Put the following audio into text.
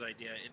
idea